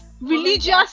religious